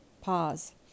Pause